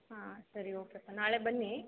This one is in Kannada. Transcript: ಹಾಂ ಸರಿ ಓಕೆ ಪಾ ನಾಳೆ ಬನ್ನಿ